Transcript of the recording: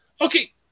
Okay